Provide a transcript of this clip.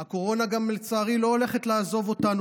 שהקורונה, לצערי, לא הולכת לעזוב אותנו.